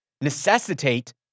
necessitate